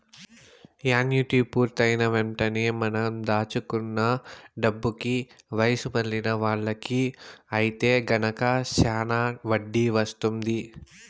annuity పూర్తయిన వెంటనే మనం దాచుకున్న డబ్బుకి వయసు మళ్ళిన వాళ్ళకి ఐతే గనక శానా వడ్డీ వత్తుంది